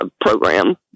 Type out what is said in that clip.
program